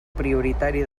prioritari